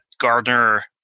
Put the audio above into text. Gardner